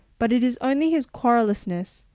but it is only his querulousness,